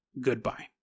Goodbye